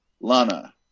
Lana